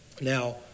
Now